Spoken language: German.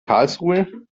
karlsruhe